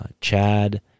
Chad